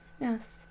Yes